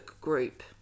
group